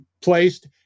placed